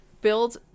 build